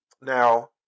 Now